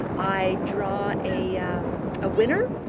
i draw a winner